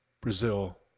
Brazil